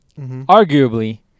arguably